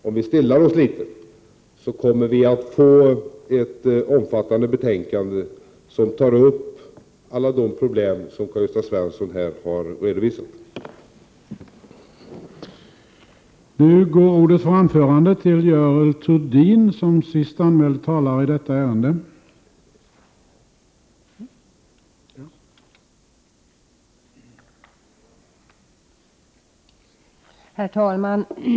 Om vi stillar oss litet kommer vi att få ett omfattande betänkande i vilket alla de problem som Karl-Gösta Svenson redovisat kommer att tas upp.